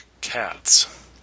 Cats